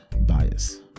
bias